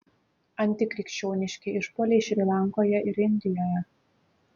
antikrikščioniški išpuoliai šri lankoje ir indijoje